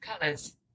colors